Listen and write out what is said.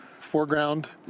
foreground